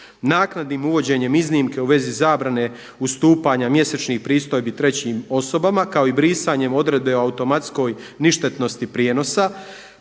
Naknadnim uvođenjem iznimke u vezi zabrane ustupanja mjesečnih pristojbi trećim osobama, kao i brisanjem odredbe o automatskoj ništetnosti prijenosa,